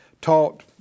taught